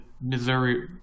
Missouri